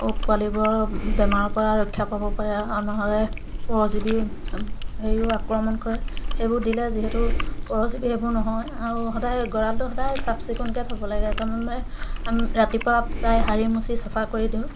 পোৱালিবোৰৰ বেমাৰৰ পৰা ৰক্ষা পাব পাৰে আৰু নহ'লে পৰজীৱী হেৰিও আক্ৰমণ কৰে সেইবোৰ দিলে যিহেতু পৰজীৱী সেইবোৰ নহয় আৰু সদায় গঁৰালটো সদায় চাফ চিকুণকৈ থ'ব লাগে তাৰমানে আমি ৰাতিপুৱা প্ৰায় সাৰি মুচি চাফা কৰি দিওঁ